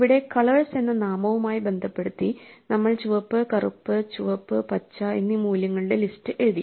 ഇവിടെ കളേഴ്സ് എന്ന നാമവുമായി ബന്ധപ്പെടുത്തി നമ്മൾ ചുവപ്പ് കറുപ്പ് ചുവപ്പ് പച്ച എന്നീ മൂല്യങ്ങളുടെ ലിസ്റ്റ് എഴുതി